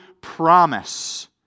promise